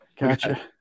Gotcha